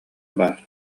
баар